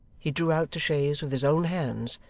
he drew out the chaise with his own hands,